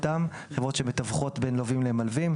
שמתווכות בין לווים למלווים.